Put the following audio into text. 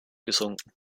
gesunken